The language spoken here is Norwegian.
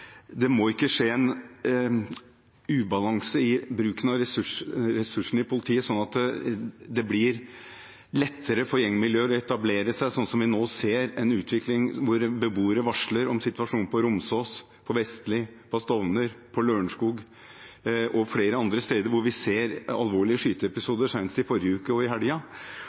det ikke må skje en ubalanse i bruken av ressursene i politiet, sånn at det blir lettere for gjengmiljøer å etablere seg. Vi ser nå en utvikling hvor beboere varsler om situasjonen på Romsås, på Vestli, på Stovner, i Lørenskog og flere andre steder, hvor vi ser alvorlige skyteepisoder, senest i forrige uke og i